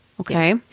Okay